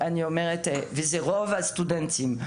וזה רוב הסטודנטים,